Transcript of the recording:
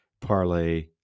parlay